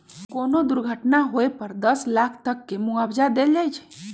कोनो दुर्घटना होए पर दस लाख तक के मुआवजा देल जाई छई